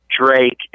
Drake